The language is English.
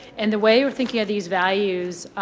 and the way we're thinking of these values